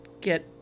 get